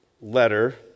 letter